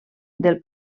del